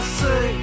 say